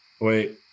wait